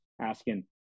asking